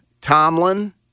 Tomlin